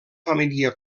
família